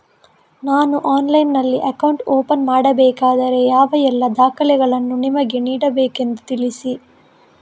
ನಾನು ಆನ್ಲೈನ್ನಲ್ಲಿ account open ಮಾಡಬೇಕಾದರೆ ಯಾವ ಎಲ್ಲ ದಾಖಲೆಗಳನ್ನು ನಿಮಗೆ ನೀಡಬೇಕೆಂದು ತಿಳಿಸಿ?